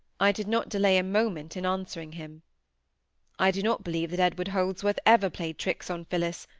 i did not delay a moment in answering him i do not believe that edward holdsworth ever played tricks on phillis,